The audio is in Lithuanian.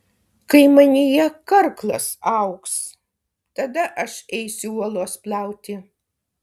kai manyje karklas augs tada aš eisiu uolos plauti